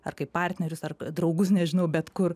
ar kaip partnerius ar draugus nežinau bet kur